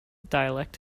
dialect